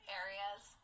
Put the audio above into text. areas